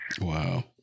Wow